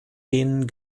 denen